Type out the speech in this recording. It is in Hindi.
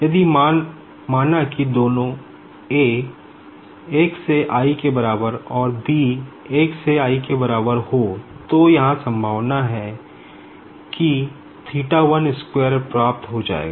यदि माना कि दोनोंए a 1 से i के बराबर और b 1 से i के बराबर हो तो यहां संभावना है कि प्राप्त हो जायेगा